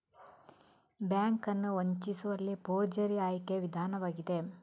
bank ಅನ್ನು ವಂಚಿಸುವಲ್ಲಿ forgery ಆಯ್ಕೆಯ ವಿಧಾನವಾಗಿದೆ